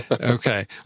Okay